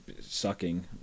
sucking